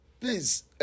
please